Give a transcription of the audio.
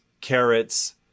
carrots